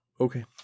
Okay